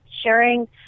sharing